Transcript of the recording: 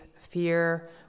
fear